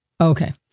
Okay